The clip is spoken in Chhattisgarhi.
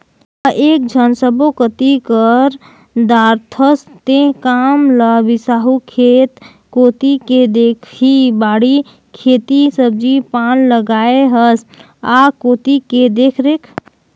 त एकेझन सब्बो कति कर दारथस तें काम ल बिसाहू खेत कोती के देखही बाड़ी कोती सब्जी पान लगाय हस आ कोती के देखरेख